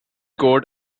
court